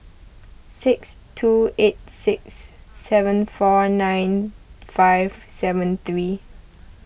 six two eight six seven four nine five seven three